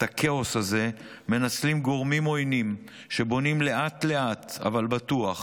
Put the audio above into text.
את הכאוס הזה מנצלים גורמים עוינים שבונים לאט-לאט אבל בטוח